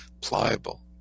pliable